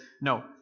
no